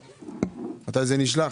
מתי זה נשלח?